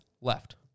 left